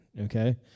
Okay